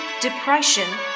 depression